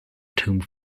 tomb